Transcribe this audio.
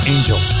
Angel